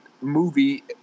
movie